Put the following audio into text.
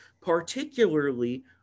particularly